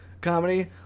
comedy